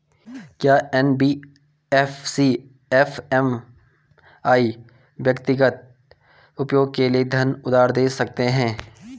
क्या NBFC MFI व्यक्तिगत उपयोग के लिए धन उधार दें सकते हैं?